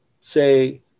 say